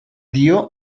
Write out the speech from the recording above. dio